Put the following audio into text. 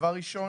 ראשית,